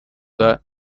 third